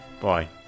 bye